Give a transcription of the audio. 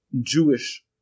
Jewish